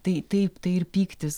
tai taip tai ir pyktis